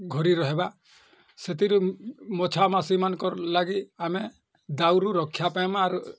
ଘୋରି ରହିବା ସେଥିରୁ ମଶା ମାଛି ମାନଙ୍କର୍ ଲାଗି ଆମେ ଦାଉରୁ ରକ୍ଷା ପାଇମା ଆରୁ